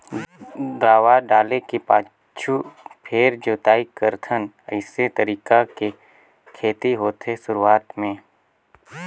दवा डाले के पाछू फेर जोताई करथन अइसे तरीका के खेती होथे शुरूआत में